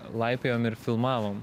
laipiojom ir filmavom